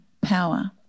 power